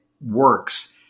works